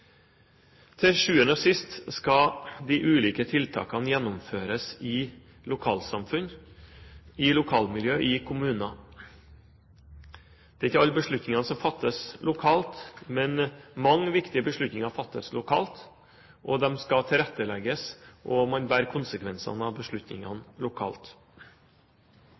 Til sjuende og sist skal de ulike tiltakene gjennomføres i lokalsamfunn, i lokalmiljø, i kommuner. Det er ikke alle beslutningene som fattes lokalt, men mange viktige beslutninger fattes lokalt. De skal tilrettelegges, og man bærer konsekvensene av beslutningene lokalt.